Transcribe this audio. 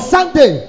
Sunday